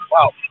wow